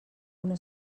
una